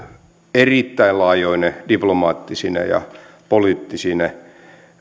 erittäin laajoine diplomaattisine ja poliittisine